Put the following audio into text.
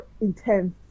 intense